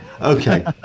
Okay